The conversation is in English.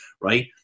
right